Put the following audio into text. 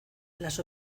las